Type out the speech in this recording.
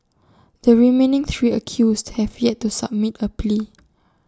the remaining three accused have yet to submit A plea